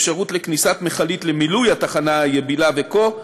אפשרות לכניסת מכלית למילוי התחנה היבילה וכו'